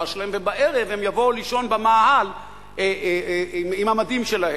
שלהם ובערב הם יבואו לישון במאהל עם המדים שלהם,